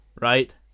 right